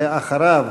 ואחריו,